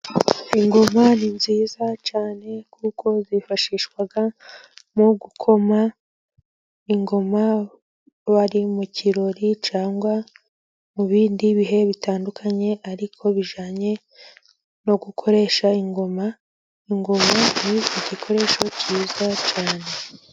Ingoma ni nziza cyane. kuko zifashishwaga mu gukoma ingoma. Bari mu kirori cyangwa se mu bindi bihe bitandukanye, ariko bijyananye no gukoresha ingoma. Ingoma ni cyo gikoresho cyiza cyane.